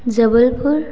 Jabalpur